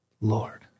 Lord